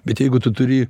bet jeigu tu turi